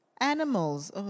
Animals